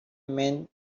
men